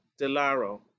DeLaro